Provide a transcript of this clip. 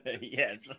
Yes